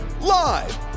live